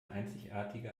einzigartige